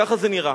ככה זה נראה.